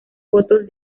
votos